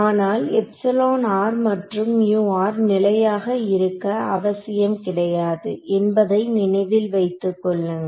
ஆனால் மற்றும் நிலையாக இருக்க அவசியம் கிடையாது என்பதை நினைவில் வைத்துக் கொள்ளுங்கள்